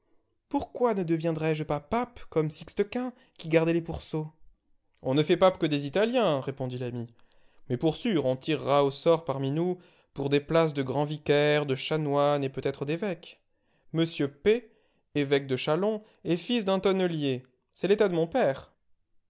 pourquoi ne deviendrais-je pas pape comme sixte quint qui gardait les pourceaux on ne fait papes que des italiens répondit l'ami mais pour sûr on tirera au sort parmi nous pour des places de grands vicaires de chanoines et peut-être d'évêques m p évêque de châlons est fils d'un tonnelier c'est l'état de mon père